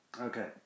Okay